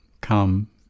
come